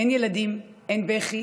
אין ילדים, אין בכי,